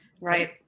Right